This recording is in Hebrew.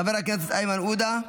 חבר הכנסת איימן עודה,